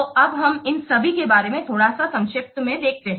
तो अब हम इन सभी के बारे में थोड़ा सा संक्षेप में देखते हैं